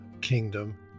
kingdom